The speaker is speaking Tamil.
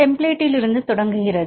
டெம்பிளேட்டில் இருந்து தொடங்குகிறது